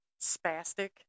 Spastic